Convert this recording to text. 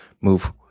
move